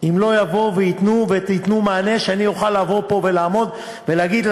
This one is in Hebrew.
אם לא יבואו וייתנו ותיתנו מענה שאני אוכל לבוא לפה ולעמוד ולהגיד,